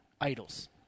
idols